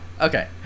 okay